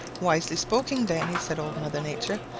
wisely spoken, danny, said old mother nature.